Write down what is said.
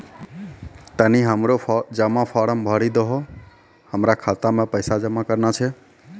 तनी हमरो जमा फारम भरी दहो, हमरा खाता मे पैसा जमा करना छै